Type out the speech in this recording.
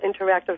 interactive